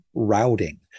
Routing